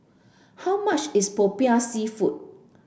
how much is Popiah Seafood